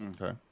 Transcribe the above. Okay